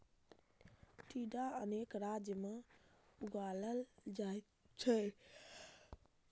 टिंडा अनेक राज्य मे उगाएल जाइ छै